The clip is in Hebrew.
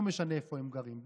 לא משנה איפה הם גרים,